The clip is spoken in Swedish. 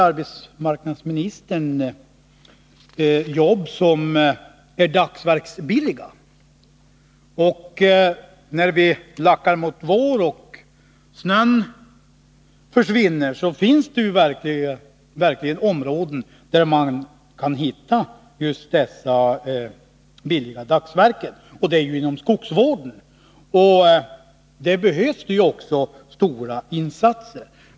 Arbetsmarknadsministern efterlyste jobb som är dagsverksbilliga. När det lackar mot vår och snön försvinner kan man verkligen hitta just billiga dagsverken, nämligen inom skogsvården. Där behövs det också stora insatser.